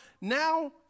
now